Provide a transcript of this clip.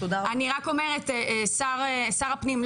אני רק אומרת שר הפנים,